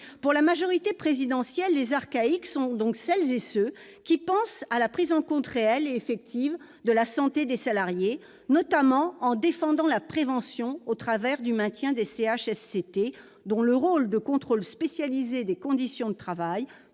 Pour la majorité présidentielle, les archaïques sont donc celles et ceux qui se préoccupent de la prise en compte réelle et effective de la santé des salariés, notamment en défendant la prévention au travers du maintien des CHSCT, dont le rôle de contrôle spécialisé des conditions de travail,